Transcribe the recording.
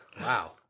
Wow